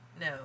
No